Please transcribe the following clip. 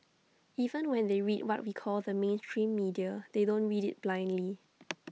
even when they read what we call the mainstream media they don't read IT blindly